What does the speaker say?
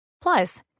Plus